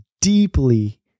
Deeply